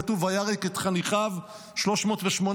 כתוב: "וירק את חניכיו" 318,